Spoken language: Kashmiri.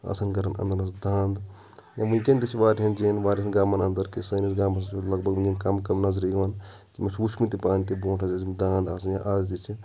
آسان گرن انٛدر حظ دانٛد یا ونکیٚن تہٕ چھِ واریاہَن جایَن واریاہَن گامَن اَنٛدَر سٲنِس گامَس منٛز لگ بگ کم کم وۄنۍ نظرِ یِوان مےٚ چھِ وچھمُت تہِ پانہٕ تہِ برُونٛٹھ حظ ٲسۍ یِم دانٛد اَسان یا اَز تہِ چھِ